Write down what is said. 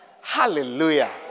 Hallelujah